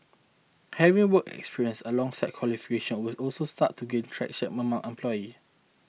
having working experience alongside qualifications will also start to gain traction among employers